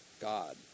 god